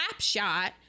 Slapshot